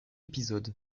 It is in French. épisode